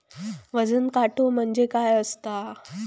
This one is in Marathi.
वजन काटो म्हणजे काय असता?